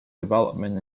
development